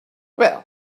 well